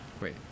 Wait